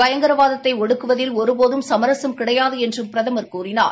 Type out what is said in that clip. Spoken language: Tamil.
பயங்கரவாதத்தை ஒடுக்குவதில் ஒருபோதும் சமரசம் கிடையாது என்றும் பிரதமர் கூறினார்